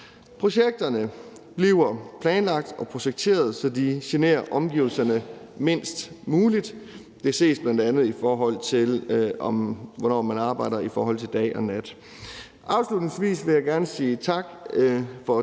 Projekterne bliver planlagt og projekteret, så de generer omgivelserne mindst muligt. Det ses bl.a., i forhold til hvornår man arbejder i forhold til dag og nat. Afslutningsvis vil jeg gerne sige tak for de faldne